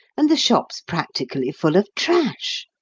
and the shop's practically full of trash!